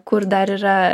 kur dar yra